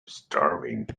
starving